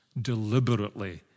deliberately